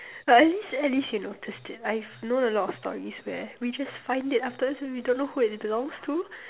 well at least at least you noticed it I've known a lot of stories where we just find it afterwards and we don't know who it belongs to